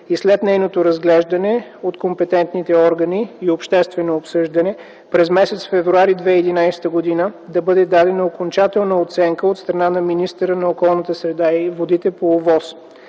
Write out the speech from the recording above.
и след нейното разглеждане от компетентните органи и обществено обсъждане през м. февруари 2011 г. да бъде дадена окончателната оценка от страна на министъра на околната среда и водите по ОВОС.